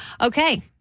Okay